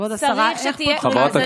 כבוד השרה, איך פותרים את זה?